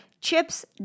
chips